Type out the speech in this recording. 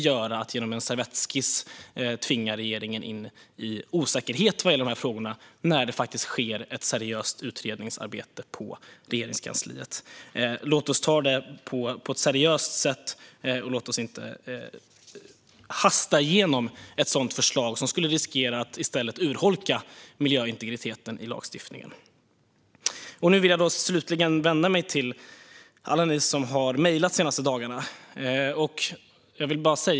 De tvingar, genom en servettskiss, in regeringen i osäkerhet när det gäller de här frågorna, samtidigt som det sker ett seriöst utredningsarbete på Regeringskansliet. Låt oss ta oss an det på ett seriöst sätt! Låt oss inte hasta igenom ett sådant förslag! Det riskerar att i stället leda till att miljöintegriteten i lagstiftningen urholkas. Jag vill slutligen vända mig till alla som har mejlat de senaste dagarna.